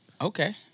Okay